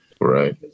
Right